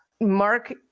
Mark